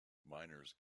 minors